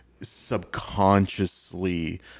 subconsciously